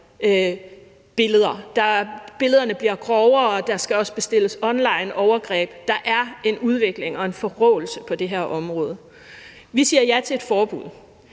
billeder. Billederne bliver grovere, og der skal også bestilles onlineovergreb. Der er en udvikling og en forråelse på det her område. Vi siger ja til et forbud.